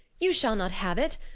you shall not have it.